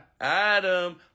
Adam